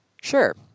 Sure